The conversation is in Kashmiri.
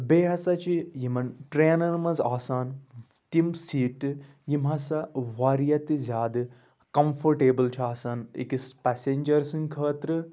بیٚیہِ ہَسا چھُ یِمَن ٹرٛینَن منٛز آسان تِم سیٖٹہٕ یِم ہَسا واریاہ تہِ زیادٕ کَمفٲٹیبٕل چھِ آسان أکِس پٮ۪سَنجَر سٕنٛدِ خٲطرٕ